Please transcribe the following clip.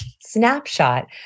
snapshot